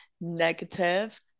negative